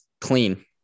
clean